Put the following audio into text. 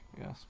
yes